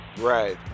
Right